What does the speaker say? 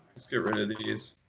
let's get rid of these.